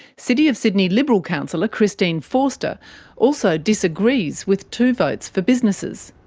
city of sydney liberal councillor christine forster also disagrees with two votes for businesses.